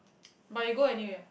but you go anywhere ah